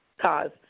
cause